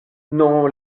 non